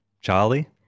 Charlie